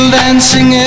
dancing